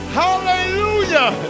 hallelujah